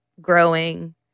growing